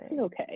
okay